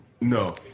No